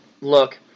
Look